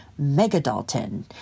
megadalton